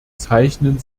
zeichnen